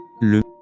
le